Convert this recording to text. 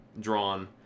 drawn